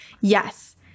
Yes